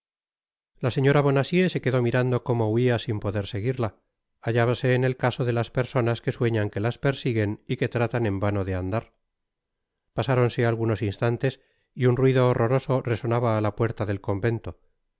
la señora bonacieux se quedó mirando como huia sin poder seguirla hallábase en el caso de las personas que sueñan que las persiguen y que tratan en vano de andar pasáronse algunos instantes y un ruido horroroso resonaba á la puerta del convento